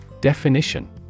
Definition